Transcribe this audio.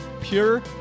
pure